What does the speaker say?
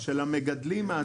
של המגדלים העצמאיים.